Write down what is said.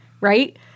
right